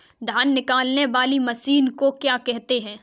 धान निकालने वाली मशीन को क्या कहते हैं?